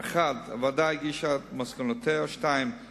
כ"ו באייר תשס"ט (20 במאי